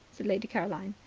said lady caroline.